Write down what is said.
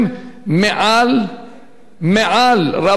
מעל, רבותי, 800 טון.